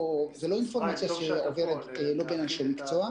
זו לא אינפורמציה שעוברת שלא בין אנשי מקצוע.